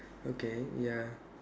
okay ya